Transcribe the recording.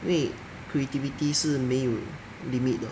因为 creativity 是没有 limit 的